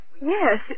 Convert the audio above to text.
yes